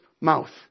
mouth